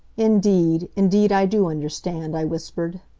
indeed, indeed i do understand, i whispered.